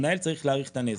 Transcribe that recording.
המנהל צריך להעריך את הנזק.